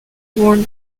worm